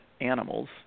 animals